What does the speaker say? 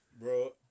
Bro